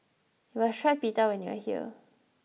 you must try Pita when you are here